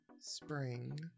spring